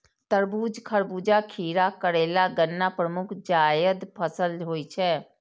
तरबूज, खरबूजा, खीरा, करेला, गन्ना प्रमुख जायद फसल होइ छै